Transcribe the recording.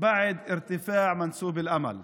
ואין יותר קשה מאכזבה לאחר עליית מפלס התקווה.